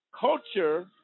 Culture